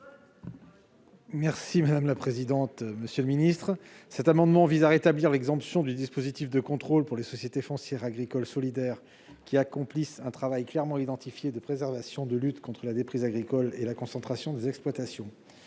présenter l'amendement n° 71 rectifié. Cet amendement vise à rétablir l'exemption du dispositif de contrôle pour les sociétés foncières agricoles solidaires qui accomplissent un travail clairement identifié de préservation, de lutte contre la déprise agricole et contre la concentration des exploitations.